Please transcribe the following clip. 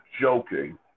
Joking